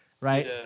right